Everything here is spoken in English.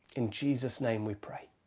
in jesus' name we pray,